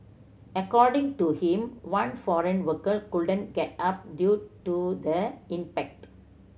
according to him one foreign worker couldn't get up due to the impact